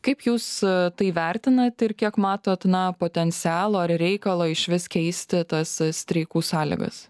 kaip jūs tai vertinat ir kiek matot na potencialo ar reikalo išvis keisti tas streikų sąlygas